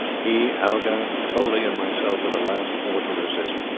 he, algar, toley, and myself were the last four to resist.